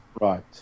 right